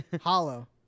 Hollow